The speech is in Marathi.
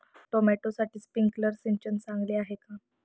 टोमॅटोसाठी स्प्रिंकलर सिंचन चांगले आहे का?